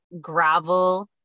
gravel